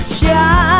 Shine